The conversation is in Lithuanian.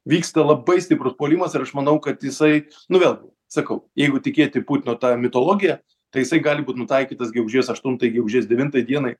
vyksta labai stiprus puolimas ir aš manau kad jisai nu vėlgi sakau jeigu tikėti putino ta mitologija tai jisai gali būt nutaikytas gegužės aštuntai gegužės devintai dienai